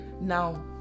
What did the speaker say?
now